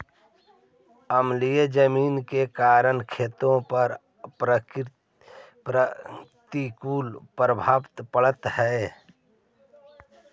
अम्लीय जमीन के कारण खेती पर प्रतिकूल प्रभाव पड़ऽ हइ